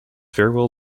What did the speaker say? farewell